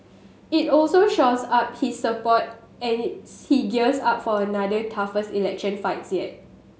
it also shores up his support as he gears up for another toughest election fights yet